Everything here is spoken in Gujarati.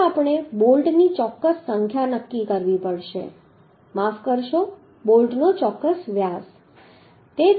હવે આપણે બોલ્ટની ચોક્કસ સંખ્યા નક્કી કરવી પડશે માફ કરશો બોલ્ટનો ચોક્કસ વ્યાસ